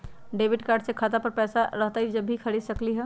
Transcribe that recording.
Debit card से खाता पर पैसा रहतई जब ही खरीद सकली ह?